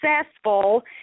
successful